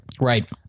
Right